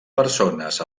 persones